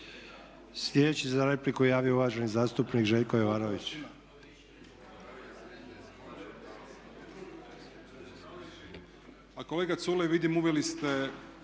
Prvi za repliku se javio uvaženi zastupnik Željko Glasnović.